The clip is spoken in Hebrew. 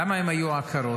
למה הן היו עקרות?